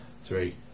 Three